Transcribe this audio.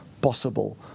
possible